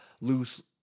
loose